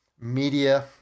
media